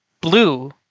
blue